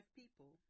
people